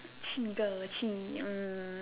Chigga Chee